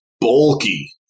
bulky